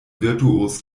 virtuos